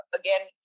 again